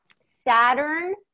Saturn